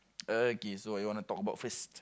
okay so what you wanna talk about first